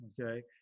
okay